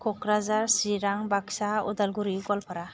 Kokrajhar Chirang Baksa Udalguri Goalpara